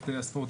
הספורט,